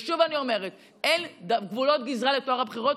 ושוב אני אומרת: אין גבולות גזרה לטוהר הבחירות.